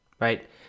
right